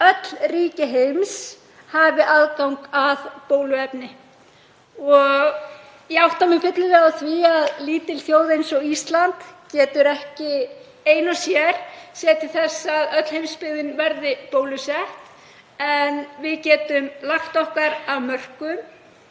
öll ríki heims hafi aðgang að bóluefni. Ég átta mig fyllilega á því að lítil þjóð eins og Ísland getur ekki ein og sér séð til þess að öll heimsbyggðin verði bólusett. En við getum lagt okkar af mörkum,